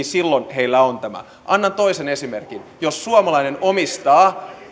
silloin heillä on tämä annan toisen esimerkin jos suomalainen omistaa